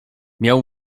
miał